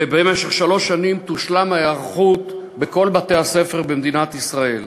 ובמשך שלוש שנים תושלם ההיערכות בכל בתי-הספר במדינת ישראל.